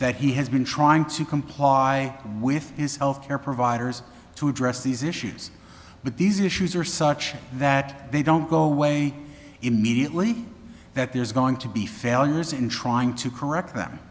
that he has been trying to comply with his health care providers to address these issues but these issues are such that they don't go away immediately that there's going to be failures in trying to correct th